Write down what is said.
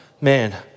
man